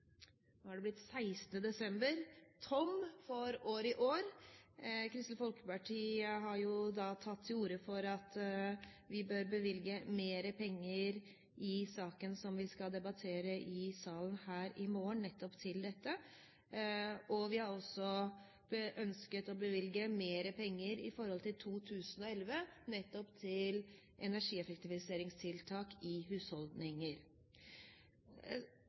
nå har det blitt 16. desember – tom for i år. Kristelig Folkeparti har jo da tatt til orde for at vi bør bevilge mer penger i saken som vi skal debattere i salen her i morgen, nettopp til dette, og vi har også ønsket å bevilge mer penger i 2011 nettopp til energieffektiviseringstiltak i husholdninger.